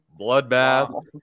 bloodbath